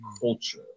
culture